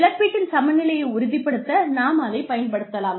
இழப்பீட்டின் சமநிலையை உறுதிப்படுத்த நாம் அதைப் பயன்படுத்தலாம்